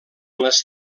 les